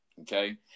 okay